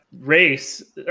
race